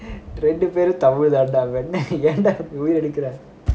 ரெண்டு பேரும் தமிழ் தான் டா வெண்ணை ஏன் டா உயிரை வாங்குற:rendu perum tamil thaan da vennai yen da uyirai vaangura